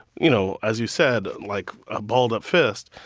you know, as you said, like a balled-up fist,